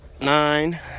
nine